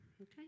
okay